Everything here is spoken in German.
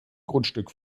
grundstück